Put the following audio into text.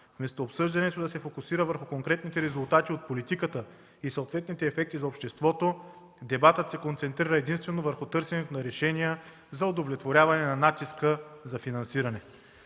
вместо обсъждането да се фокусира върху конкретните резултатите от политиката и съответните ефекти за обществото, дебатът се концентрира единствено върху търсенето на решения за удовлетворяване на натиска за финансиране.